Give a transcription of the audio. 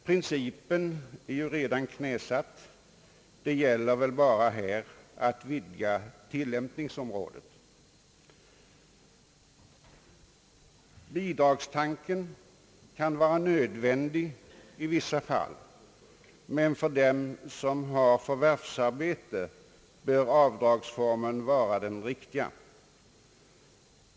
Principen är ju redan knäsatt, och det är väl bara att vidga tillämpningsområdet. Bidragstanken kan vara nödvändig i vissa fall, men för dem som har förvärvsarbete bör avdragsformen vara den rätta.